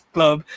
Club